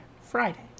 Friday